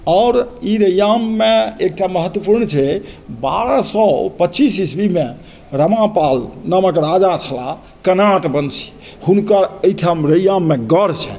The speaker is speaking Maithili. आओर ई रैयाममे एकटा महत्वपूर्ण छै बारह सए पच्चीस ईस्वीमे रमापाल नामक राजा छलाह कर्नाट वंशीय हुनकर एहिठाम रैयाममे गढ़ छैन्ह